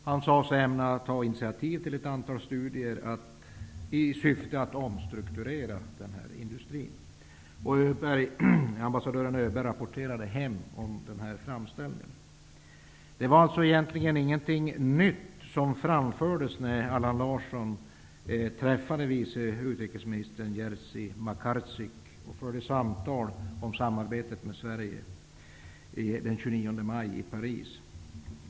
Han sade sig ämna ta initiativ till ett antal studier i syfte att omstrukturera den här industrin. Ambassadör Öberg rapporterade hem om den här framställningen. Det var egentligen ingenting nytt som framfördes när Allan Larsson träffade vice utrikesminister Jerzy Makarczyk och förde ett samtal om samarbetet med Sverige den 29 maj i Paris.